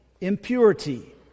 impurity